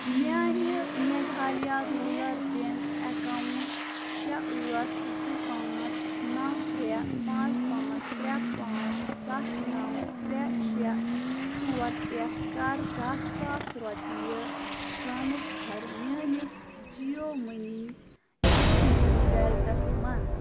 میانہِ Meghalaya rural bank account شےٚ ٲٹھ زٕ پانژھ نو ترٛےٚ پانژھ پانژھ ترٛےٚ پانژھ سَتھ نو ترٛےٚ شےٚ ژور پٮ۪ٹھ کر داہ سَاس رۄپیہٕ ٹرانسفر میٲنِس جِیو مٔنی جِیو مٔنی ویلٹَس منٛز